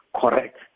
correct